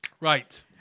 right